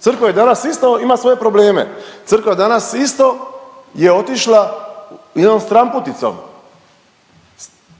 crkva je danas isto, ima svoje probleme, crkva danas isto je otišla jednom stranputicom